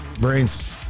brains